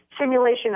simulation